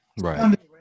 Right